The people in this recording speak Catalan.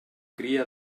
cria